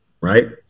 right